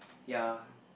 ya